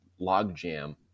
logjam